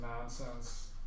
nonsense